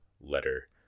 letter